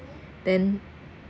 then